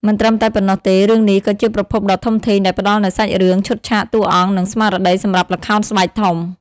មិនត្រឹមតែប៉ុណ្ណោះទេ រឿងនេះក៏ជាប្រភពដ៏ធំធេងដែលផ្ដល់នូវសាច់រឿង ឈុតឆាក តួអង្គ និងស្មារតីសម្រាប់ល្ខោនស្បែកធំ ។